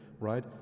right